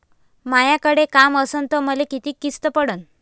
मायाकडे काम असन तर मले किती किस्त पडन?